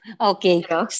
Okay